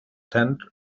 tent